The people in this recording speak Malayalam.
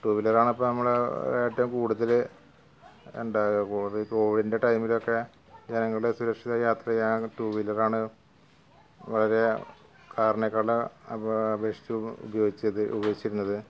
ടു വീലറാണിപ്പം നമ്മൾ ഏറ്റവും കൂടുതല് ഉണ്ടാകുക ഇതു കൊവിഡിന്റെ ടൈമിലൊക്കെ ജനങ്ങള് സുരക്ഷിത യാത്ര ചെയ്യാന് ടു വീലെറാണ് വളരെ കാറിനെക്കാളും അപേക്ഷിച്ച് ഉപയോഗിച്ചത് ഉപയോഗിച്ചിരുന്നത്